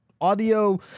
audio